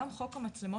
גם חוק המצלמות,